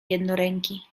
jednoręki